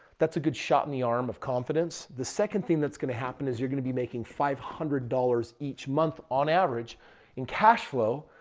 that's a good shot in the arm of confidence. the second thing that's going to happen is you're going to be making five hundred dollars each month on average in cash flow.